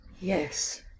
yes